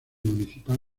municipal